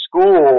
school